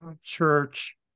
church